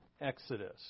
Exodus